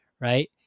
right